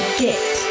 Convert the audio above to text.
get